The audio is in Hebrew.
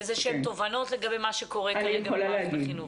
איזה שהן תובנות לגבי מה שקורה כרגע במערכת החינוך?